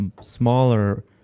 smaller